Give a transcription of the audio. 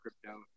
crypto